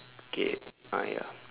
okay ah ya